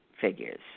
figures